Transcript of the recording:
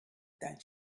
than